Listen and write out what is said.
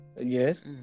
Yes